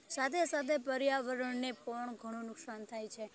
સાથે સાથે પર્યાવરણને પણ ઘણું નુકસાન થાય છે